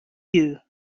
you